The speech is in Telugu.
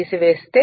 తీసివేస్తే